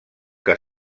que